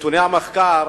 בנתוני המחקר,